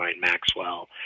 Maxwell